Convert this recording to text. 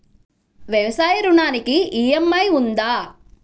వ్యవసాయ ఋణానికి ఈ.ఎం.ఐ ఉందా?